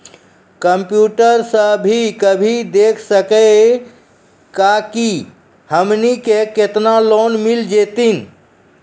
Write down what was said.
Computer सा भी कही देख सकी का की हमनी के केतना लोन मिल जैतिन?